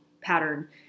pattern